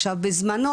עכשיו בזמנו,